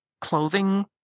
clothing